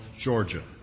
Georgia